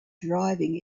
driving